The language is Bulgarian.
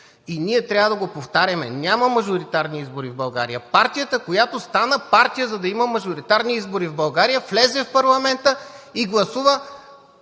И ние трябва да го повтаряме – няма мажоритарни избори в България. Партията, която стана партия, за да има мажоритарни избори в България, влезе в парламента и гласува